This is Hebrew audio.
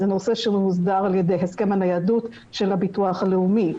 זה נושא שמוסדר על ידי הסכם הניידות של הביטוח הלאומי.